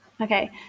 okay